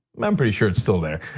i'm pretty sure it's still there.